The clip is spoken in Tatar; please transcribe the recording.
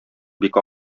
бик